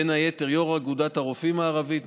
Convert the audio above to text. בין היתר יושב-ראש אגודת הרופאים הערבית,